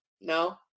No